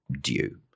due